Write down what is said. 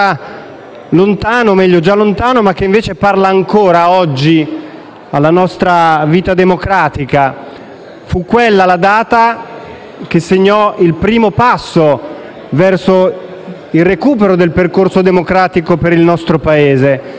apparentemente lontano, ma che invece parla ancora oggi alla nostra vita democratica: fu quella la data che segnò il primo passo verso il recupero del percorso democratico per il nostro Paese.